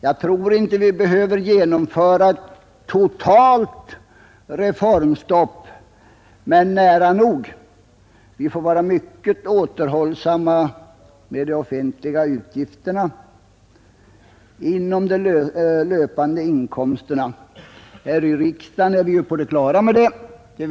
Jag tror inte att vi behöver genomföra totalt reformstopp, men nära nog. Vi får vara mycket återhållsamma med de offentliga utgifterna inom ramen för de löpande inkomsterna. Här i riksdagen är vi ju på det klara med det.